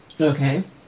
Okay